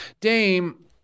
Dame